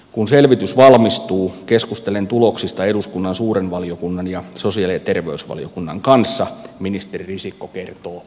kun selvitys valmistuu keskustelen tuloksista eduskunnan suuren valiokunnan ja sosiaali ja terveysvaliokunnan kanssa ministeri risikko kertoo